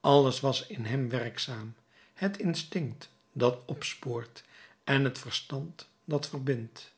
alles was in hem werkzaam het instinct dat opspoort en het verstand dat verbindt